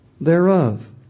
thereof